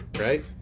Right